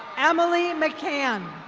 emily mccant.